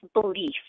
belief